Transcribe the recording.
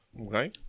Okay